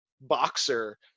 boxer